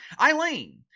Eileen